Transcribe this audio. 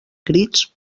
crits